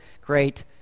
great